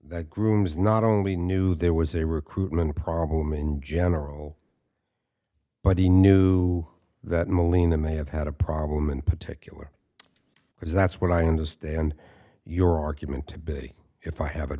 that grooms not only knew there was a recruitment problem in general but he knew that melinda may have had a problem in particular because that's what i understand your argument to biddy if i have a